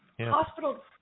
hospital